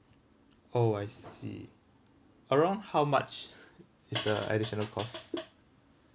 oh I see around how much is the additional cost